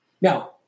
Now